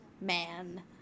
man